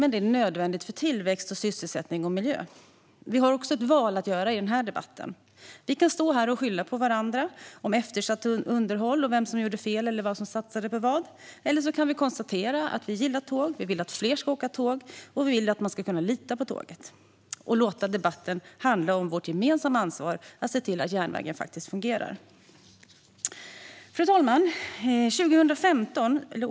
Men det är nödvändigt för tillväxt, sysselsättning och miljö. Vi har också ett val att göra i den här debatten: Vi kan stå här och skylla på varandra om eftersatt underhåll och vem som gjorde fel eller satsade på vad. Eller så kan vi konstatera att vi gillar tåg, vill att fler ska åka tåg och vill att man ska kunna lita på tåget och låta debatten handla om vårt gemensamma ansvar för att se till att järnvägen faktiskt fungerar. Fru talman!